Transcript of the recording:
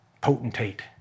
potentate